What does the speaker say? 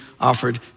offered